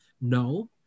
No